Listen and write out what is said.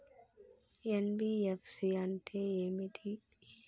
NBFC అంటే ఏమిటి?